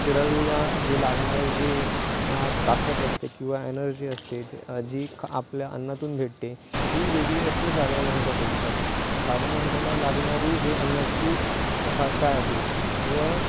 खेळाडूला जी लागणारे जी ताकत असते किंवा एनर्जी असते जी ख आपल्या अन्नातून भेटते ही वेगळी असते साध्या माणसापेक्षा साधा माणसाला लागणारी जे अन्नाची साठा आहे व